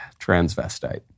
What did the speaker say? transvestite